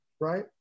right